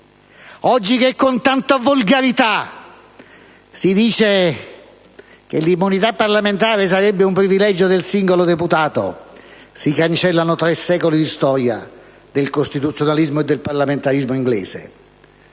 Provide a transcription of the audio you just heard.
Oggi, che con tanta volgarità si dice che l'immunità parlamentare sarebbe un privilegio del singolo deputato cancellando tre secoli di storia del costituzionalismo e parlamentarismo inglese,